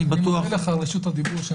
אני מודה לך על רשות הדיבור שנתת לי.